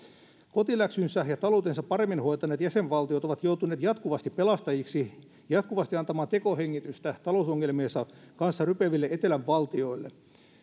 kotiläksynsä ja taloutensa paremmin hoitaneet jäsenvaltiot ovat joutuneet jatkuvasti pelastajiksi jatkuvasti antamaan tekohengitystä talousongelmiensa kanssa rypeville etelän valtioille